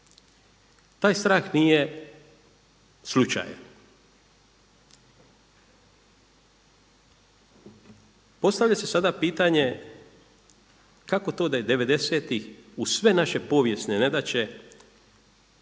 Taj strah nije slučajan. Postavlja se sada pitanje kako to da je 90.-tih uz sve naše povijesne nedaće